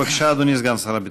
בבקשה, אדוני, סגן שר הביטחון.